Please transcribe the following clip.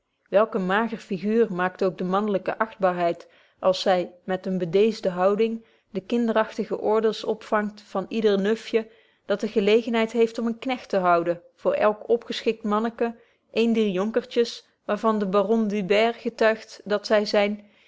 mager figuur maakt ook de manlyke achtbaarheid als zy met eene bedeeste houding de kinderagtige orders ontvangt van yder nufje dat de gelegenheid heeft om een knegt te houden voor elk opgeschikt manneke een dier jonkertjes waar van de baron du baër getuigt dat zy zyn